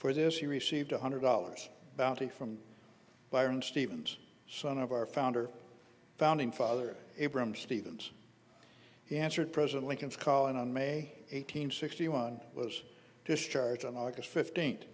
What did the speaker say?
for this he received one hundred dollars bounty from byron stevens son of our founder founding father abramsky thems answered president lincoln's call and on may eighteenth sixty one was discharged on august fifteenth